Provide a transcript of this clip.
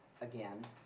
again